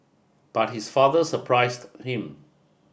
but his father surprised him